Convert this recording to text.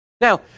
Now